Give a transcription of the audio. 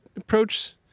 approach